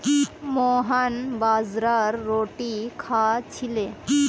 मोहन बाजरार रोटी खा छिले